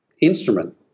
instrument